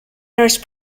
nurse